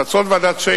2. המלצות ועדת-שיינין,